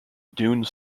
dune